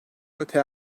öte